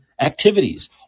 activities